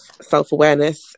self-awareness